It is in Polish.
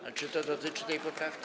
A czy to dotyczy tej poprawki?